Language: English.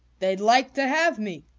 they'd like to have me!